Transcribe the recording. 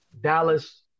Dallas